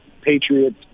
Patriots